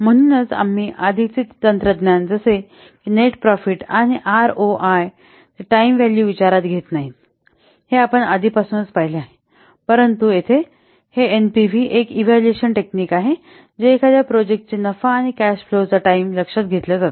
म्हणून आम्ही आधीची तंत्रज्ञान जसे की नेट प्रॉफिट आणि हे आरओआय ते टाईम व्हॅल्यू विचारात घेत नाहीत हे आपण आधीपासूनच पाहिले आहे परंतु येथे हे एनपीव्ही हे एक इव्हॅल्युएशन टेकनिक्स आहे जे एखाद्या प्रोजेक्ट ची नफा आणि कॅश फ्लो चा टाइम लक्षात घेतला जातो